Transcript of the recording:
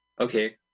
okay